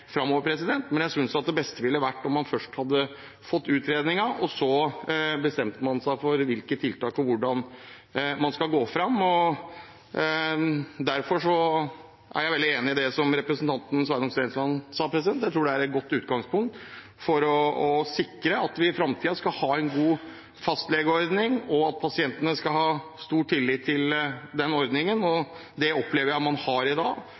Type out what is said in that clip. framover, men at det beste ville vært om man fikk utredningen først og så bestemte seg for hvilke tiltak man skal treffe, og hvordan man skal gå fram. Derfor er jeg veldig enig i det representanten Sveinung Stensland sa. Jeg tror det er et godt utgangspunkt for å sikre at vi har en god fastlegeordning i framtida, og at pasientene har stor tillit til ordningen – det opplever jeg at man har i dag.